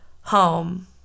home